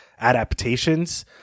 adaptations